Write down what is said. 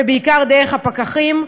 ובעיקר דרך הפקחים.